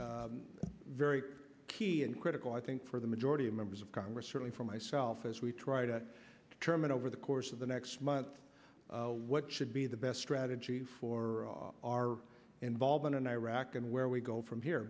as very key and critical i think for the majority of members of congress certainly for myself as we try to determine over the course of the next month what should be the best strategy for our involvement in iraq and where we go from here